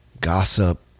gossip